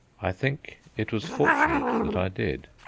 i think it was fortunate that i did.